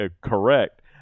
correct